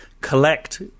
collect